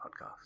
podcast